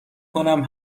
کنم